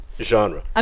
genre